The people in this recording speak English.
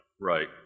right